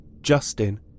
Justin